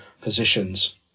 positions